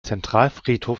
zentralfriedhof